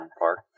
park